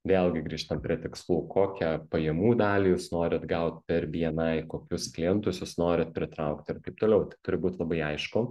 vėlgi grįžtam prie tikslų kokią pajamų dalį jūs norit gaut per bni kokius klientus jūs norit pritraukt ir taip toliau tai turbūt labai aišku